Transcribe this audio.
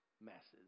masses